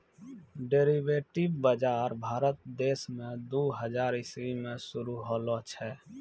derivative बजार भारत देश मे दू हजार इसवी मे शुरू होलो छै